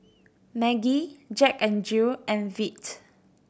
Maggi Jack N Jill and Veet